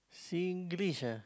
Singlish ah